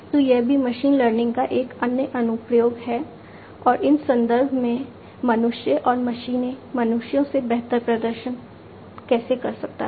तो यह भी मशीन लर्निंग का एक अन्य अनुप्रयोग है और इन संदर्भों में मनुष्य और मशीनें मनुष्यों से बेहतर प्रदर्शन कैसे कर सकते हैं